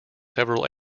several